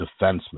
defenseman